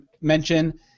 mention